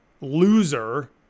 loser